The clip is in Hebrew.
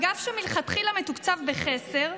האגף, שמלכתחילה מתוקצב בחסר,